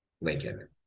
Lincoln